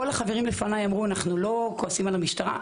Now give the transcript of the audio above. כל החברים לפניי אמרו אנחנו לא כועסים על המשטרה,